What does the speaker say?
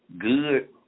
good